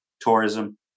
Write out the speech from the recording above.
tourism